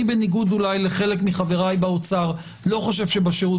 בניגוד אולי לחלק מחבריי באוצר אני לא חושב שבשירות